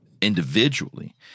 individually –